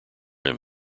him